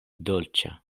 dolĉa